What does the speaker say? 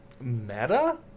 Meta